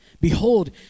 Behold